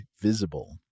Visible